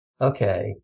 Okay